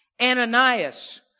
Ananias